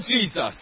Jesus